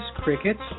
crickets